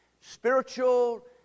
Spiritual